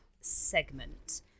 segment